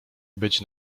być